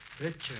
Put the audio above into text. Richard